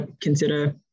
consider